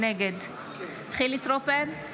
נגד חילי טרופר,